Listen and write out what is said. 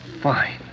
fine